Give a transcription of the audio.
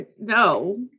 No